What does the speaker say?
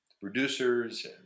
producers